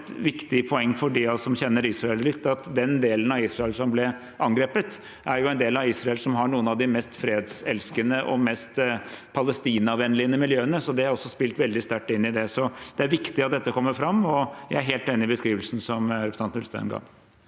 Det er også et viktig poeng for dem av oss som kjenner Israel litt, at den delen av Israel som ble angrepet, er en del av Israel som har noen av de mest fredselskende og mest Palestina-vennlige miljøene. Det har også spilt veldig sterkt inn i dette. Så det er viktig at dette kommer fram, og jeg er helt enig i beskrivelsen som representanten Ulstein ga.